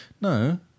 No